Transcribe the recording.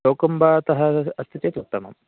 चौकम्बातः अस्ति चेत् उत्तमम्